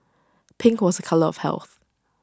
pink was A colour of health